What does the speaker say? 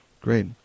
Great